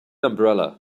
umbrella